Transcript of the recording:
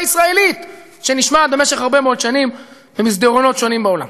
הישראלית שנשמעת במשך הרבה מאוד שנים במסדרונות שונים בעולם.